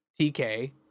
TK